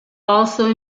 also